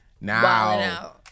Now